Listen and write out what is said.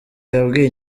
yabwiye